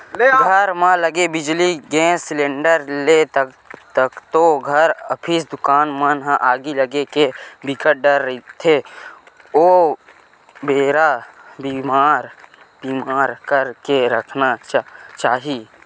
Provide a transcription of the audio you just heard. घर म लगे बिजली, गेस सिलेंडर ले कतको घर, ऑफिस, दुकान मन म आगी लगे के बिकट डर रहिथे ओ बेरा बर बीमा करा के रखना चाही